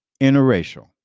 interracial